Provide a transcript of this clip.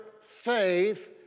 faith